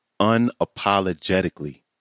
unapologetically